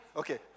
okay